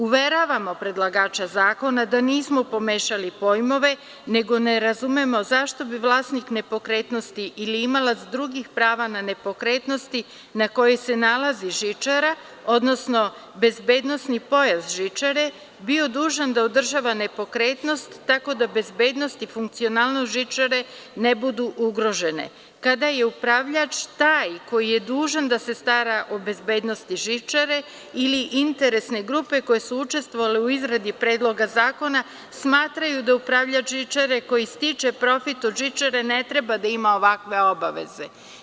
Uveravamo predlagača zakona da nismo pomešali pojmove, nego ne razumemo zašto bi vlasnik nepokretnosti ili imalac drugih prava na nepokretnosti na kojoj se nalazi žičara, odnosno bezbednosti pojas žičare, bio dužan da održava nepokretnost, tako da bezbednost i funkcionalnost žičare ne budu ugrožene, a upravljač je taj koji je dužan da se stara o bezbednosti žičare ili interesne grupe koje su učestvovale u izradi Predloga zakona smatraju da upravljač žičare, koji stiče profit od žičare, ne treba da ima ovakve obaveze.